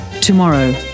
tomorrow